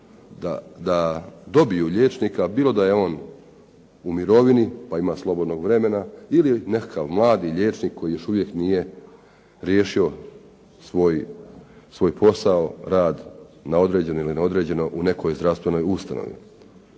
da dobiju liječnika, bilo da je on u mirovini, pa ima slobodnog vremena ili nekakav mladi liječnik koji još uvijek nije riješio svoj posao, rad na određeno ili neodređeno u nekoj zdravstvenoj ustanovi.